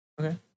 Okay